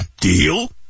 Deal